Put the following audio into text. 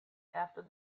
after